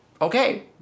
Okay